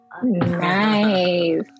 Nice